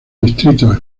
distritos